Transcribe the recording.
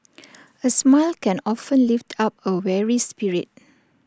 A smile can often lift up A weary spirit